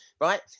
right